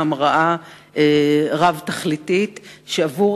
משוכללת ומפוארת ורב-תכליתית של צלילה,